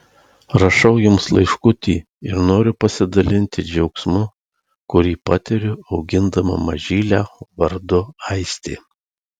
rašau jums laiškutį ir noriu pasidalinti džiaugsmu kurį patiriu augindama mažylę vardu aistė